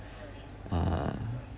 uh